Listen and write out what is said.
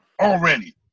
already